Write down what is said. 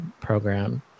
program